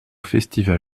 festival